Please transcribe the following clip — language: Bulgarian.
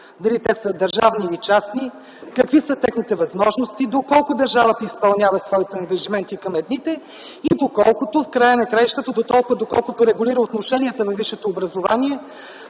дали те са държавни или частни, какви са техните възможности, доколко държавата изпълнява своите ангажименти към едните и доколко, в края на краищата, дотолкова доколкото регулира отношенията във висшето образование,